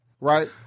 right